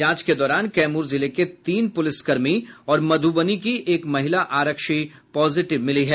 जांच के दौरान कैमूर जिले के तीन पुलिस कर्मी और मधुबनी की एक महिला पुलिसकर्मी पॉजिटिव मिली है